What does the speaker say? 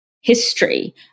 history